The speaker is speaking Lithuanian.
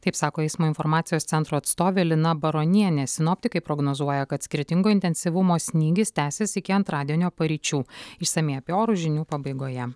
taip sako eismo informacijos centro atstovė lina baronienė sinoptikai prognozuoja kad skirtingo intensyvumo snygis tęsis iki antradienio paryčių išsamiai apie orus žinių pabaigoje